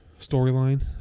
storyline